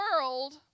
world